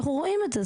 אנחנו רואים את זה.